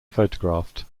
photographed